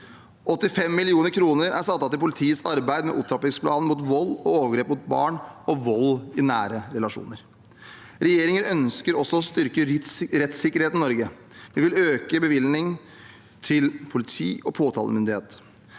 85 mill. kr er satt av til politiets arbeid med opptrappingsplanen mot vold og overgrep mot barn og vold i nære relasjoner. Regjeringen ønsker også å styrke rettssikkerheten i Norge. Vi vil øke bevilgningene til politi og påtalemyndighet.